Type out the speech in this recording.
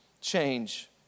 change